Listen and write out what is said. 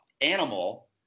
animal